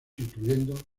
incluyendo